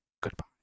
goodbye